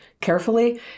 carefully